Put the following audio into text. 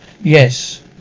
Yes